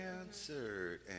answered